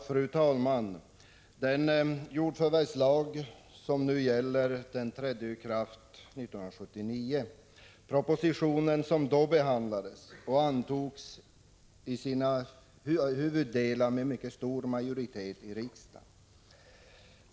Fru talman! Den jordförvärvslag som nu gäller trädde i kraft den 1 juli 1979. Den proposition som då behandlades antogs i sina huvuddelar med stor majoritet i riksdagen.